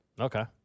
Okay